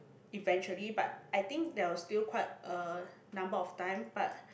eventually but I think there was still quite a number of time but